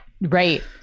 Right